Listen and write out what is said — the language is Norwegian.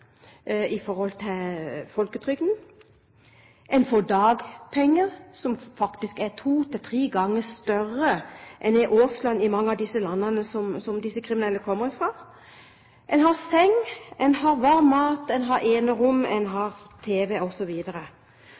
i forhold til folketrygden, man får dagpenger, som faktisk er to–tre ganger større enn en årslønn i mange av landene som disse kriminelle kommer fra, man har seng, man har varm mat, man har enerom, man har tv,